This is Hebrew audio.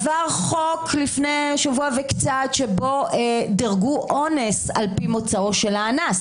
עבר חוק לפני קצת יותר משבוע שבו דירגו אונס על פי מוצאו של האנס.